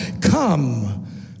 come